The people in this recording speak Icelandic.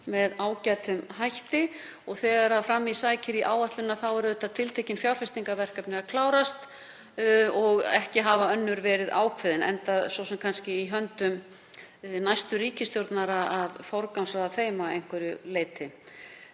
hér fram ágætlega. Þegar fram í sækir í áætluninni eru tiltekin fjárfestingarverkefni að klárast og ekki hafa önnur verið ákveðin enda svo sem kannski í höndum næstu ríkisstjórnar að forgangsraða þeim að einhverju leyti.